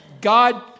God